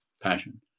passion